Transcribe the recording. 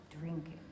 drinking